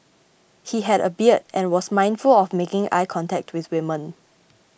he had a beard and was mindful of making eye contact with women